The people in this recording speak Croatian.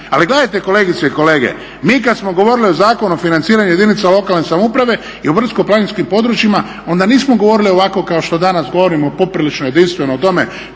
Ali gledajte kolegice i kolege, mi kada smo govorili o Zakonu o financiranju jedinica lokalne samouprave i o brdsko-planinskim područjima onda nismo govorili ovako kao što danas govorimo poprilično jedinstveno o tome